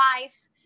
life